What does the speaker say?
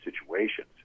situations